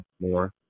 more